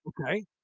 Okay